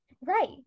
Right